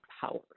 power